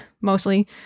mostly